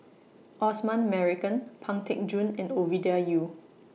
Osman Merican Pang Teck Joon and Ovidia Yu